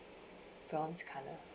bronze color